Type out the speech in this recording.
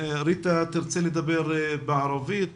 ריטה תרצה לדבר בערבית